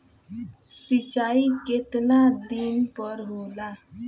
सिंचाई केतना दिन पर होला?